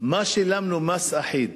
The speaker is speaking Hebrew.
מה שילמנו כמס אחיד